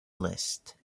list